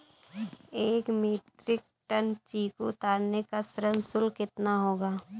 एक metric ton चीकू उतारने का श्रम शुल्क कितना होगा?